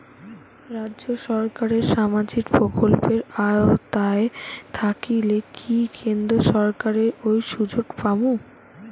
রাজ্য সরকারের সামাজিক প্রকল্পের আওতায় থাকিলে কি কেন্দ্র সরকারের ওই সুযোগ পামু?